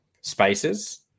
spaces